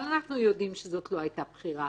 אבל אנחנו יודעים שזאת לא הייתה בחירה.